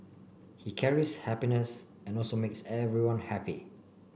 he carries happiness and also makes everyone happy